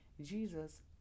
Jesus